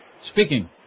Speaking